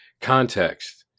context